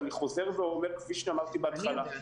אני חוזר ואומר כפי שאמרתי בהתחלה,